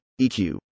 EQ